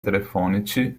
telefonici